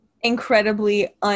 Incredibly